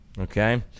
okay